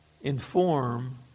inform